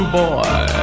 boy